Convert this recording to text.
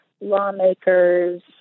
lawmakers